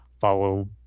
follow